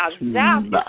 Now